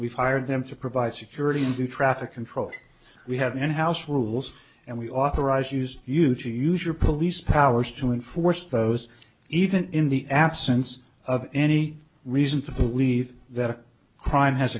we fired them to provide security in traffic control we have in house rules and we authorize use you to use your police powers to enforce those even in the absence of any reason to believe that a crime has